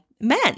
men